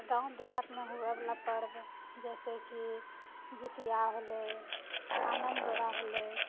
गाँव देहातमे हुअएवला पर्व जइसेकि जितिया होलै अनन्त डोरा होलै